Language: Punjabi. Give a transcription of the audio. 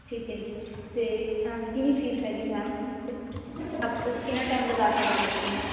ਠੀਕ ਹੈ ਜੀ ਅਤੇ ਕਿੰਨੀ ਫੀਸ ਹੈਗੀ ਮੈਮ ਤੁਸੀਂ ਕਿੰਨਾ ਟਾਈਮ ਲਗਾ ਸਕਦੇ ਹੋ ਬੱਚੇ ਨੂੰ